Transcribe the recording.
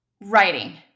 Writing